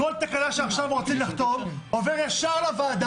כל תקנה שעכשיו רוצים לחתום עובר ישר לוועדה